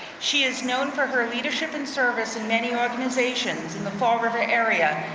she is known for her leadership and service in many organizations in the fall river area,